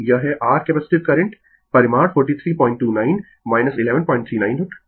यह है r capacitive current परिमाण 4329 1139 होगा